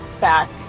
back